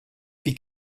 wie